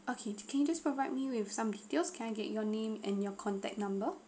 okay can you just please provide me with some details can I get your name and your contact number